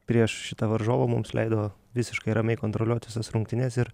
prieš šitą varžovą mums leido visiškai ramiai kontroliuot visas rungtynes ir